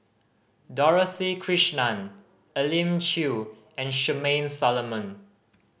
Dorothy Krishnan Elim Chew and Charmaine Solomon